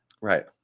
Right